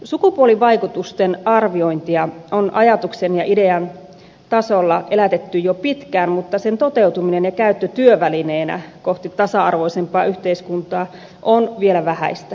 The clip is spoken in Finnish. sukupuolivaikutusten arviointia on ajatuksen ja idean tasolla elätetty jo pitkään mutta sen toteutuminen ja käyttö työvälineenä kohti tasa arvoisempaa yhteiskuntaa on vielä vähäistä